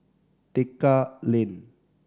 Tekka Lane